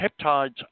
peptides